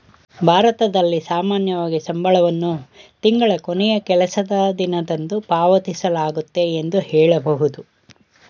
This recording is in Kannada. ಭಾರತದಲ್ಲಿ ಸಾಮಾನ್ಯವಾಗಿ ಸಂಬಳವನ್ನು ತಿಂಗಳ ಕೊನೆಯ ಕೆಲಸದ ದಿನದಂದು ಪಾವತಿಸಲಾಗುತ್ತೆ ಎಂದು ಹೇಳಬಹುದು